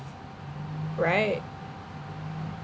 right